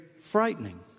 frightening